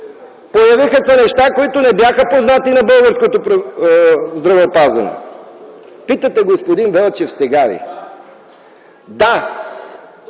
Появиха се неща, които не бяха познати на българското здравеопазване. Питате, господин Велчев, сега ли? Да,